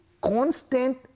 constant